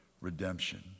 redemption